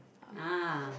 ah